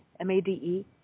M-A-D-E